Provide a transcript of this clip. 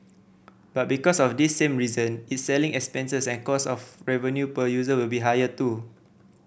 but because of this same reason its selling expenses and cost of revenue per user will be higher too